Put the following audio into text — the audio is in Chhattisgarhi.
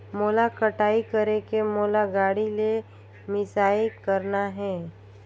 मोला कटाई करेके मोला गाड़ी ले मिसाई करना हे?